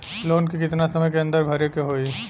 Loan के कितना समय के अंदर भरे के होई?